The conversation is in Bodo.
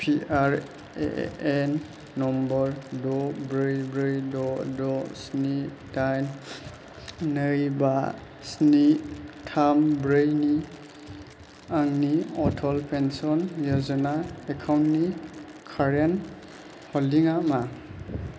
P R A N number द' ब्रै ब्रै द' द' स्नि दाइन नै बा स्नि थाम ब्रैनि आंनि अटल पेन्सन य'जना एकाउन्टनि कारेन्ट हल्डिं आ मा